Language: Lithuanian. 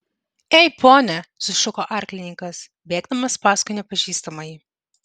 ei pone sušuko arklininkas bėgdamas paskui nepažįstamąjį